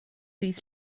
dydd